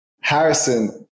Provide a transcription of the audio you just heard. Harrison